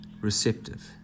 receptive